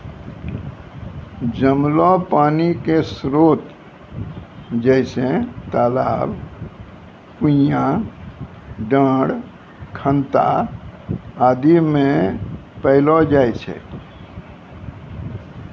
जमलो पानी क स्रोत जैसें तालाब, कुण्यां, डाँड़, खनता आदि म पैलो जाय छै